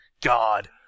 God